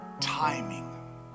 timing